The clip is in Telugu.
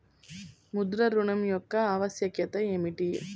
ముద్ర ఋణం యొక్క ఆవశ్యకత ఏమిటీ?